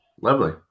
Lovely